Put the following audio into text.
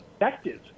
effective